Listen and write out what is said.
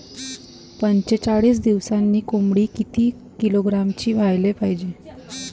पंचेचाळीस दिवसामंदी कोंबडी किती किलोग्रॅमची व्हायले पाहीजे?